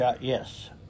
Yes